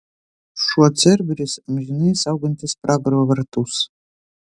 šuo cerberis amžinai saugantis pragaro vartus